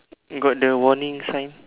got the warning sign